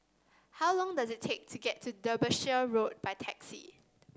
how long does it take to get to Derbyshire Road by taxi